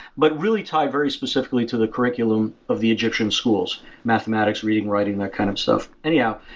but really tied very specifically to the curriculum of the egyptian schools mathematics, reading, writing, that kind of stuff. anyhow,